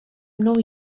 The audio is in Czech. mnou